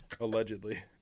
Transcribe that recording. Allegedly